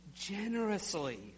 generously